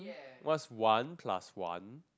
what's one plus one